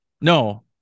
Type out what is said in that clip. No